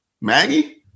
Maggie